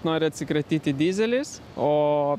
nori atsikratyti dyzeliais o